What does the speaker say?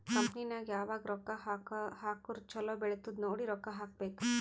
company ನಾಗ್ ಯಾವಾಗ್ ರೊಕ್ಕಾ ಹಾಕುರ್ ಛಲೋ ಬೆಳಿತ್ತುದ್ ನೋಡಿ ರೊಕ್ಕಾ ಹಾಕಬೇಕ್